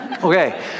Okay